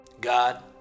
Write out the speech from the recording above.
God